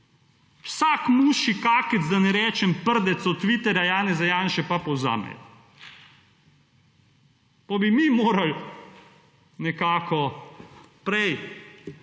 Vsak mušji kakec, da ne rečem prdec od Twitteja Janeza Janše pa povzamejo, potem bi morali nekako prej